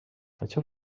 això